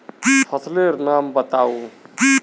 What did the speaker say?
फसल लेर नाम बाताउ?